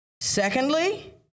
Secondly